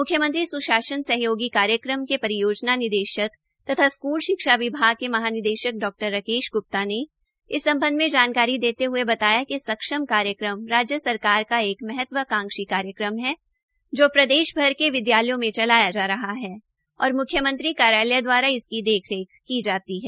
मुख्यमंत्री स्शासन सहयोगी कार्यक्रम के परियोजना निदेशक तथा स्कूल शिक्षा विभाग के महानिदेशक डॉ राकेश गृप्ता ने इस संबंध में जानकारी देते हए बताया कि सक्षम कार्यक्रम राज्य सरकार का एक महत्वाकांक्षी कार्यक्रम है जो प्रदेश भर के विद्यालयों में चलाया जा रहा है और म्ख्यमंत्री कार्यालय दवारा इसकी देखरेख की जाती है